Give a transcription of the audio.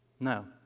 No